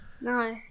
No